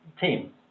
team